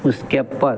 उस कैप पर